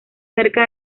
cerca